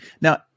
Now